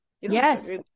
Yes